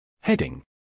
Heading